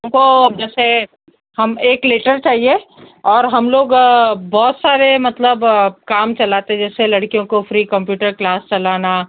उनको जैसे हम एक लेटर चाहिए और हम लोग बहुत सारे मतलब काम चलाते जैसे लड़कियों को फ्री कंप्यूटर क्लास चलाना